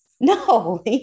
No